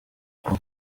uko